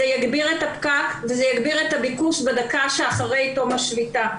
זה יגביר את הפקק ויגביר את הביקוש בדקה שאחרי תום השביתה.